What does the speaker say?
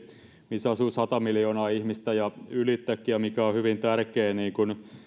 missä asuu sata miljoonaa ihmistä ja ylitsekin ja mikä on hyvin tärkeä